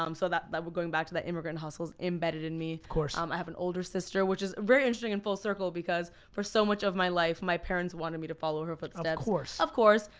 um so that, that we're going back to that immigrant hustles, embedded in me. of course. um i have an older sister, which is very interesting and full circle, because for so much of my life, my parents wanted me to follow her footsteps. of course. of course,